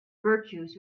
virtues